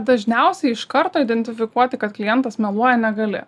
dažniausiai iš karto identifikuoti kad klientas meluoja negali